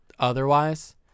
Otherwise